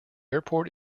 airport